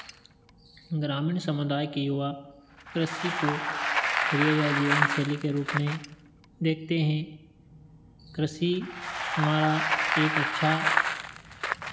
ग्रामीण समुदाय के युवा कृषि को करियर या जीवनशैली के रूप में देखते हैं कृषि हमारा एक अच्छा